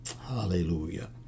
Hallelujah